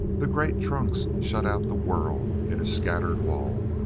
the great trunks shut out the world in a scattered wall.